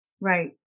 Right